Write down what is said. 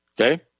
okay